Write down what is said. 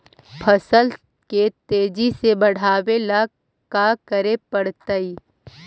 फसल के तेजी से बढ़ावेला का करे पड़तई?